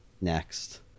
next